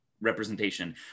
representation